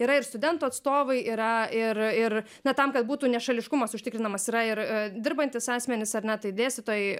yra ir studentų atstovai yra ir ir na tam kad būtų nešališkumas užtikrinamas yra ir dirbantys asmenys ar ne tai dėstytojai